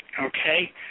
okay